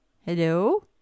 Hello